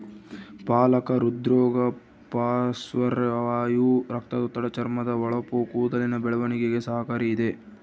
ಪಾಲಕ ಹೃದ್ರೋಗ ಪಾರ್ಶ್ವವಾಯು ರಕ್ತದೊತ್ತಡ ಚರ್ಮದ ಹೊಳಪು ಕೂದಲಿನ ಬೆಳವಣಿಗೆಗೆ ಸಹಕಾರಿ ಇದ